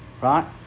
Right